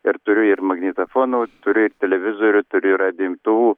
ir turiu ir magnetofonų turiu ir televizorių turiu ir radijo imtuvų